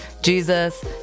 Jesus